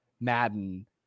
Madden